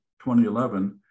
2011